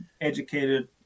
educated